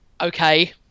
Okay